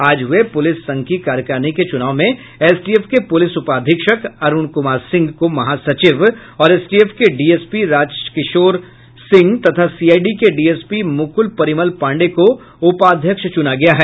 आज हुए प्रलिस संघ की कार्यकारिणी के चुनाव में एसटीएफ के पुलिस उपाधीक्षक अरूण कुमार सिंह को महासचिव और एसटीएफ के डीएसपी राजकिशोर सिंह तथा सीआईडी के डीएसपी मुकुल परिमल पांडेय को उपाध्यक्ष चुना गया है